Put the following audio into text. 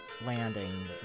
landing